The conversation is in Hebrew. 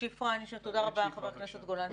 תודה רבה, חבר הכנסת גולן.